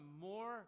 more